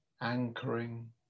anchoring